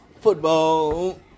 football